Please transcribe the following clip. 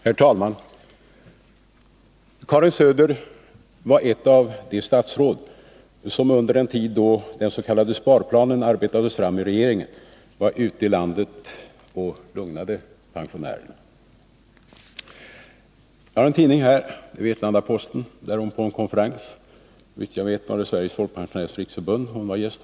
Herr talman! Karin Söder var ett av de statsråd som under den tid då den s.k. sparplanen arbetades fram i regeringen var ute i landet och lugnade pensionärerna. Enligt tidningen Vetlanda-Posten, som jag har här, var hon på en förbundskongress — såvitt jag vet var det hos Sveriges Folkpensionärers Riksförbund hon var gäst.